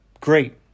great